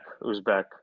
Uzbek